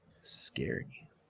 scary